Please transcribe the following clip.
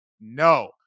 No